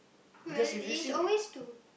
but is always to